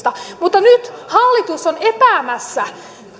mutta nyt hallitus on epäämässä